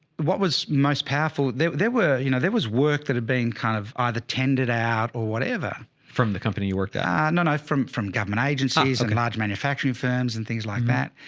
what was most powerful there? there were, you know, there was work that had been kind of either tended out or whatever from the company you worked at and from, from government agencies and large manufacturing firms and things like that.